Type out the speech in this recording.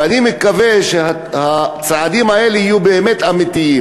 ואני מקווה שהצעדים האלה יהיו באמת אמיתיים.